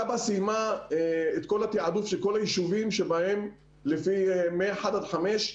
כב"א סיימה את התעדוף של כל היישובים מ-1 עד 5,